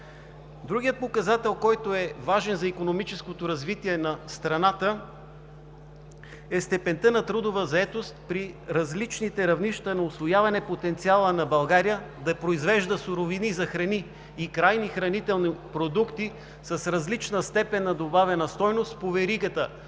Другият показател, който е важен за икономическото развитие на страната, е степента на трудова заетост при различните равнища на усвояване на потенциала на България да произвежда суровини за храни и крайни хранителни продукти с различна степен на добавена стойност по веригата